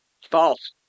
False